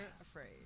afraid